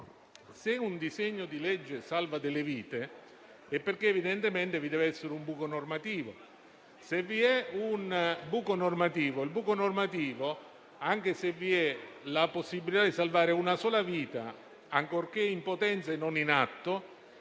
se un disegno di legge salva delle vite, evidentemente vi deve essere un buco normativo; se vi è un buco normativo, anche se vi è la possibilità di salvare una sola vita, ancorché in potenza e non in atto,